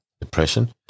depression